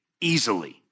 easily